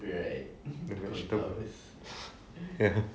right the cauliflowers